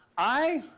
i